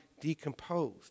decomposed